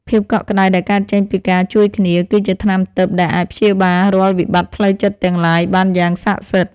ភាពកក់ក្តៅដែលកើតចេញពីការជួយគ្នា គឺជាថ្នាំទិព្វដែលអាចព្យាបាលរាល់វិបត្តិផ្លូវចិត្តទាំងឡាយបានយ៉ាងស័ក្តិសិទ្ធិ។